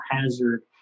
hazard